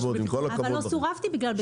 אבל לא סורבתי בגלל בטיחות.